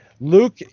Luke